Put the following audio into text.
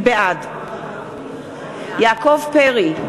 בעד יעקב פרי,